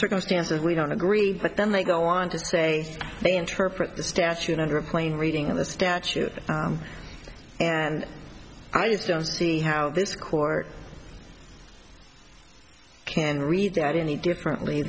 circumstances we don't agree but then they go on to say they interpret the statute under a plain reading of the statute and i just don't see how this court can read that any differently